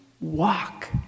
walk